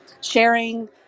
sharing